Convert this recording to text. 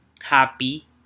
happy